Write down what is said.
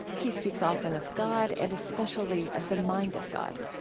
he speaks often of god and especially of the mind of god.